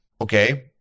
okay